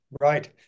right